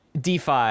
DeFi